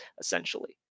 essentially